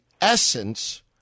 essence